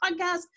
podcast